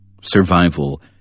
Survival